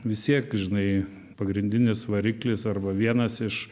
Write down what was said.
vis tiek žinai pagrindinis variklis arba vienas iš